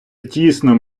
тісно